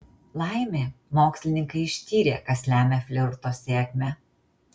laimė mokslininkai ištyrė kas lemia flirto sėkmę